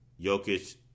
Jokic